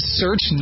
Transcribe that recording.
search